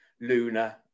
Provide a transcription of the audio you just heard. Luna